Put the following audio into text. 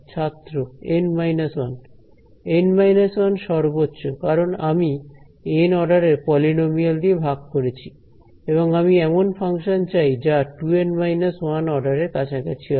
ছাত্র N 1 N 1 সর্বোচ্চ কারণ আমি এন অর্ডারের পলিনোমিয়াল দিয়ে ভাগ করেছি এবং আমি এমন ফাংশন চাই যা 2N 1 অর্ডারের কাছাকাছি হবে